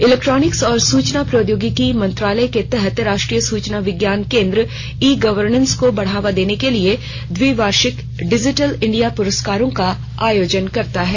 electronics और सूचना प्रौद्योगिकी मंत्रालय के तहत राष्ट्रीय सूचना विज्ञान केंद्र ई गवर्नेस को बढ़ावा देने के लिए द्विवार्षिक डिजिटल इंडिया पुरस्कारों का आयोजन करता है